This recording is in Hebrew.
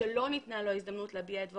שלא ניתנה לו ההזדמנות להביע את דברו.